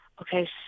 Okay